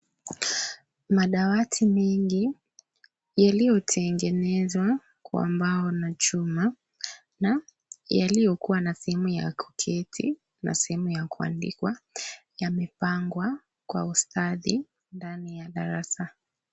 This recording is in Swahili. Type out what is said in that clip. Madawati mengi, yaliyotengenezwa kwa mbao na chuma na yaliyokuwa na sehemu ya kuketi na sehemu ya kuandikwa yamepangwa kwa ustadi ndani ya darasa.